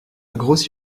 grossi